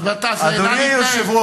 אז נא להתנהג, אדוני היושב-ראש,